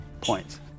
points